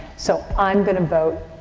so, i'm going to vote,